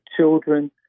children